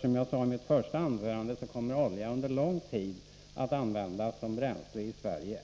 Som jag sade i mitt första anförande kommer under lång tid än olja att användas såsom bränsle i Sverige,